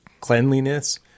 cleanliness